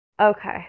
Okay